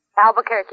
Albuquerque